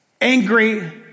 angry